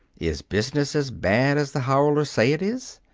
is business as bad as the howlers say it is?